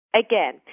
Again